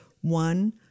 one